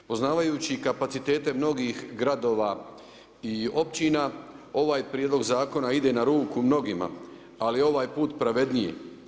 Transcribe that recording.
Poznavajući kapacitete mnogih gradova i općina, ovaj prijedlog zakona ide na ruku mnogima ali ovaj put pravednije.